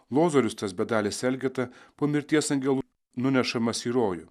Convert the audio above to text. lozorius tas bedalis elgeta po mirties angelų nunešamas į rojų